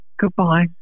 Goodbye